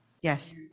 Yes